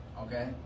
Okay